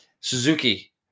Suzuki